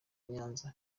nyanza